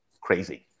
crazy